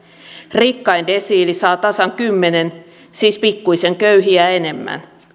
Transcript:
rikkain desiili saa tasan kymmenen siis pikkuisen köyhiä enemmän